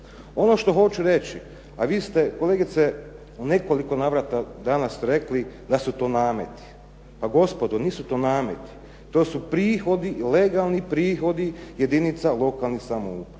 Ono što hoću reći a vi ste kolegice i u nekoliko navrata danas rekli da su to nameti. Pa gospodo, nisu to nameti, to su prihodi, legalni prihodi jedinica lokalne samouprave.